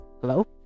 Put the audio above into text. hello